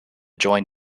join